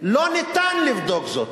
לא ניתן לבדוק זאת,